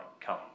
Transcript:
come